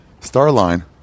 Starline